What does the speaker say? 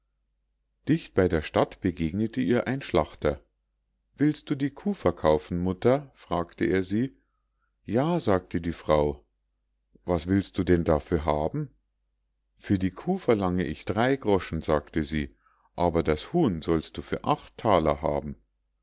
dicht bei der stadt begegnete ihr ein schlachter willst du die kuh verkaufen mutter fragte er sie ja sagte die frau was willst du denn dafür haben für die kuh verlange ich drei groschen sagte sie aber das huhn sollst du für acht thaler haben